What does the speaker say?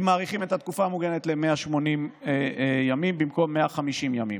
אם מאריכים את התקופה המוגנת ל-180 ימים במקום 150 ימים.